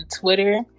Twitter